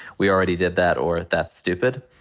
we already did that or, that's stupid.